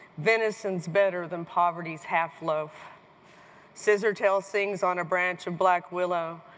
venison's better than poverty's half loaf scissor tail things on a branch of black willow,